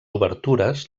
obertures